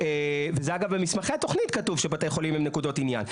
ואגב במסמכי התכנית כתוב שבתי החולים הם נקודות עניין.